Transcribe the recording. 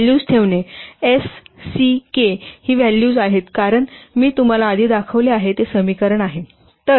values ठेवणे S C K ही values आहेत कारण मी तुम्हाला आधी दाखवले आहे ते समीकरण आहे